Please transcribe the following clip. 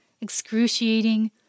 excruciating